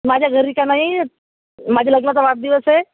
माझ्या घरी का नाही माझ्या लग्नाचा वाढदिवस आहे